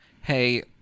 hey